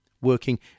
working